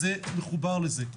זה מחובר לזה.